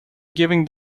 giving